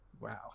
wow